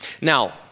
Now